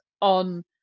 on